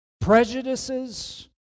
prejudices